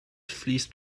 fließt